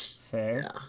Fair